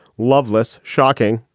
loveless, shocking,